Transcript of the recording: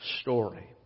story